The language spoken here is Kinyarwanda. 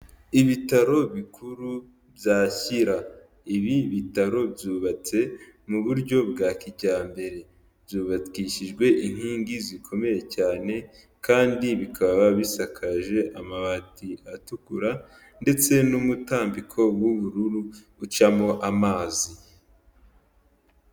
Ibitaro bikuru bya Shyira ibi bitaro byubatse mu buryo bwa kijyambere, byubakishijwe inkingi zikomeye cyane kandi bikaba bisakaje amabati atukura ndetse n'umutambiko w'ubururu ucamo amazi.